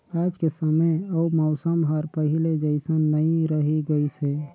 आयज के समे अउ मउसम हर पहिले जइसन नइ रही गइस हे